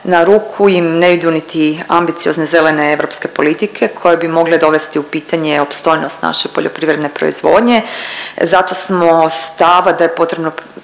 na ruku im ne idu niti ambiciozne zelene europske politike koje bi mogle dovesti u pitanje opstojnost naše poljoprivredne proizvodnje, zato smo stava da je potrebno